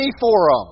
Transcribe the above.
forum